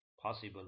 possible